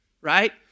right